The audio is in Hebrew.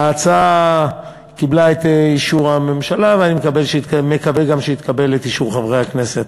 ההצעה קיבלה את אישור הממשלה ואני מקווה שהיא תקבל את אישור חברי הכנסת.